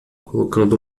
colocando